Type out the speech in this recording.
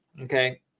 Okay